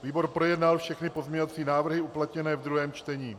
Výbor projednal všechny pozměňovací návrhy uplatněné ve druhém čtení.